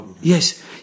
Yes